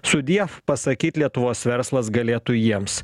sudiev pasakyt lietuvos verslas galėtų jiems